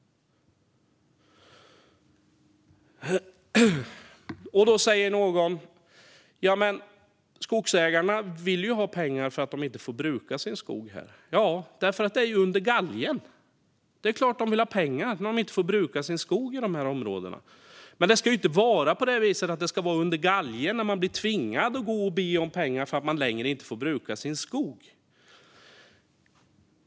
Då säger någon att skogsägarna vill ha pengar för att de inte får bruka sin skog, men det är ju under galgen. Det är klart att de vill ha pengar när de inte får bruka sin skog i dessa områden. Men det ska inte vara på det viset att det är under galgen och att man tvingas gå och be om pengar därför att man inte får bruka sin skog längre.